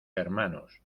hermanos